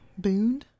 Boond